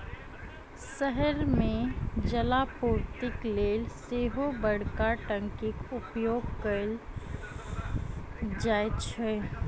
शहर मे जलापूर्तिक लेल सेहो बड़का टंकीक उपयोग कयल जाइत छै